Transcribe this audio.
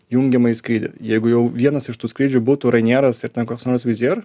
jungiamąjį skrydį jeigu jau vienas iš tų skrydžių būtų rainieras ir ten kas nors wizzair